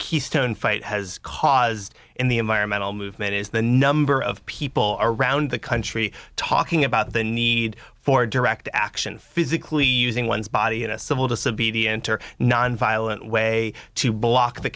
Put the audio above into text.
keystone fight has caused in the environmental movement is the number of people around the country talking about the need for direct action physically using one's body in a civil disobedient or nonviolent way to block the